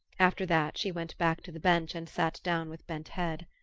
after that she went back to the bench and sat down with bent head.